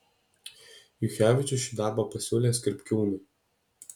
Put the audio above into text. juchevičius šį darbą pasiūlė skripkiūnui